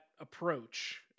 approach